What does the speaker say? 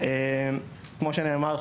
כמו שנאמר,